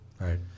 right